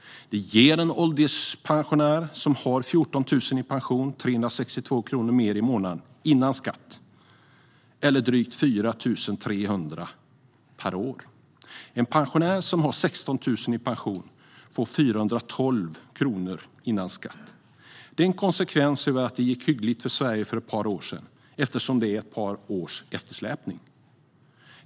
Det ger en ålderspensionär som har 14 000 i pension 362 kronor mer i månaden före skatt eller 4 300 kronor per år. En pensionär som har 16 000 i pension får 412 kronor före skatt. Detta är en konsekvens av att det gick hyggligt för Sverige för ett par år sedan, eftersom det är ett par års eftersläpning.